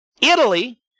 Italy